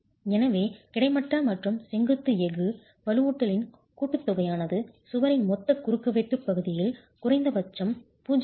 எனவே கிடைமட்ட மற்றும் செங்குத்து எஃகு வலுவூட்டலின் கூட்டுத்தொகையானது சுவரின் மொத்த குறுக்குவெட்டுப் பகுதியில் குறைந்தபட்சம் 0